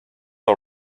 all